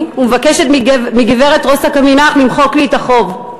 ומבקשת מגברת רוסק-עמינח למחוק לי את החוב.